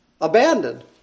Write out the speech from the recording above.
abandoned